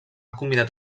combinat